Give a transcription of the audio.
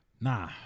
Nah